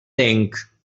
tinc